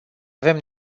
avem